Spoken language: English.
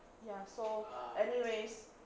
ya so anyways